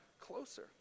closer